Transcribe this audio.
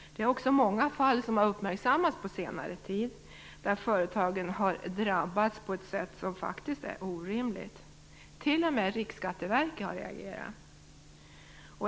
Det är också många fall som har uppmärksammats på senare tid där företag har drabbats på ett sätt som faktiskt är orimligt. T.o.m. Riksskatteverket har reagerat.